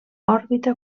òrbita